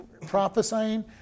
prophesying